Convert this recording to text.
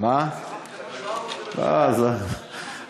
תודה גם ליושב-ראש הוועדה.